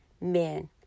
men